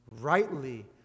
Rightly